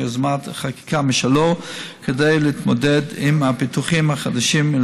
יוזמת חקיקה משלו כדי להתמודד עם הפיתוחים החדשים,